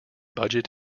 budget